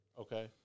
Okay